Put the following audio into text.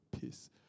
peace